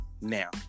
now